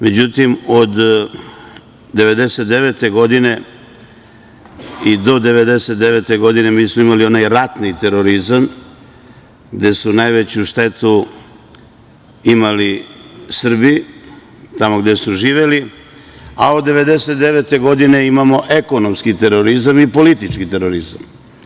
Međutim, od 1999. godine i do 1999. godine mi smo imali onaj ratni terorizam, gde su najveću štetu imali Srbi, tamo gde su živeli, a od 1999. godine imamo ekonomski terorizam i politički terorizam.